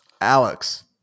Alex